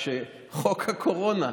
כשחוק הקורונה,